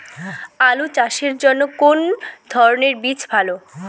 আলু চাষের জন্য কোন ধরণের বীজ ভালো?